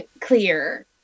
clear